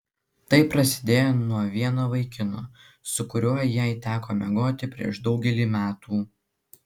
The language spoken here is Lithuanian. tai prasidėjo nuo vieno vaikino su kuriuo jai teko miegoti prieš daugelį metų